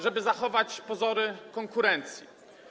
Żeby zachować pozory konkurencji.